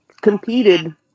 competed